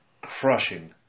crushing